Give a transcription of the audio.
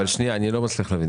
איני מבין,